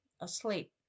asleep